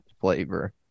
flavor